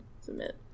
Submit